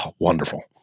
wonderful